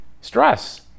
stress